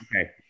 okay